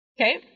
Okay